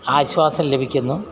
ആശ്വാസം ലഭിക്കുന്നു